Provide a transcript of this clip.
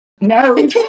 No